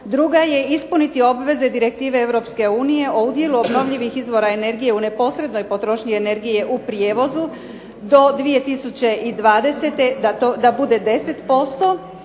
Druga je ispuniti obveze Direktive EU o udjelu obnovljivih izvora energije u neposrednoj potrošnji energije u prijevozu do 2020. da bude 10%.